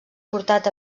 portat